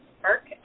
Park